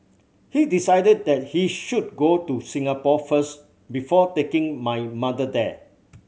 he decided that he should go to Singapore first before taking my mother there